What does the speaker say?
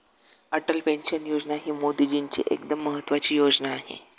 Atal pension योजना ही मोदीजींची एकदम महत्त्वाची योजना आहे